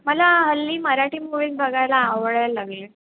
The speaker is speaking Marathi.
मला हल्ली मराठी मूवीज बघायला आवडायला लागले